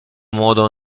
modo